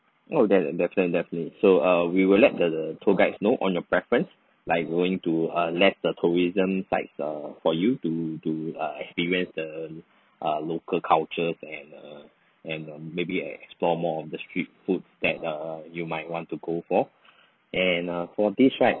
oh de~ definitely definitely so err we will let the tour guides know on your preference like going to err less the tourism sites err for you to do err experience the um local cultures and uh and uh maybe explore more of the street food that err you might want to go for and err for this right